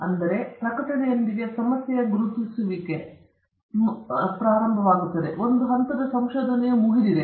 ಆದ್ದರಿಂದ ಪ್ರಕಟಣೆಯೊಂದಿಗೆ ಸಮಸ್ಯೆಯ ಗುರುತಿಸುವಿಕೆ ಮತ್ತು ರೀತಿಯ ತುದಿಗಳನ್ನು ಇದು ಪ್ರಾರಂಭಿಸುತ್ತದೆ ಒಂದು ಹಂತದ ಸಂಶೋಧನೆಯು ಮುಗಿದಿದೆ